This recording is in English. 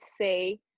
say